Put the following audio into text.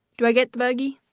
do i get the buggy?